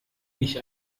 ich